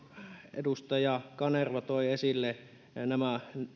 edustaja kanerva toi esille nämä